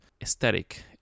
aesthetic